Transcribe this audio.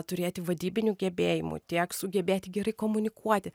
turėti vadybinių gebėjimų tiek sugebėti gerai komunikuoti